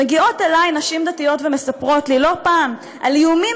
מגיעות אלי נשים דתיות ומספרות לי לא פעם על איומים